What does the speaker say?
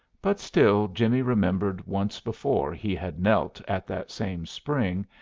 but still jimmie remembered once before he had knelt at that same spring,